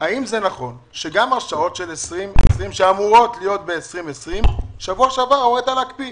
האם נכון שגם הרשאות של 2020 שאמורות להיות ב-2020 הורית להקפיא